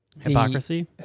Hypocrisy